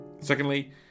Secondly